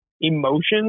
emotions